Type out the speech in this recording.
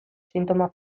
sintoma